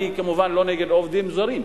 אני כמובן לא נגד עובדים זרים.